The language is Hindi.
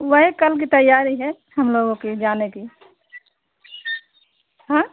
वही कल की तैयारी है हम लोगों की जाने की हाँ